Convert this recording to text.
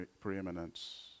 preeminence